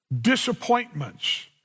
Disappointments